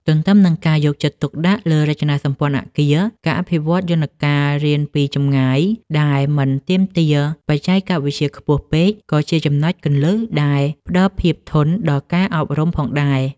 ទន្ទឹមនឹងការយកចិត្តទុកដាក់លើរចនាសម្ព័ន្ធអគារ ការអភិវឌ្ឍយន្តការរៀនពីចម្ងាយដែលមិនទាមទារបច្ចេកវិទ្យាខ្ពស់ពេក ក៏ជាចំណុចគន្លឹះដែលផ្តល់ភាពធន់ដល់ការអប់រំផងដែរ។